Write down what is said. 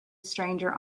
stranger